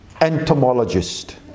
entomologist